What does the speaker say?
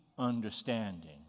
understanding